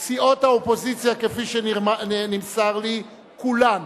סיעות האופוזיציה, כפי שנמסר לי, כולן,